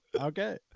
Okay